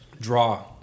Draw